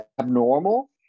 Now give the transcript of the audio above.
abnormal